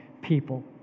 people